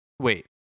wait